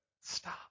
stop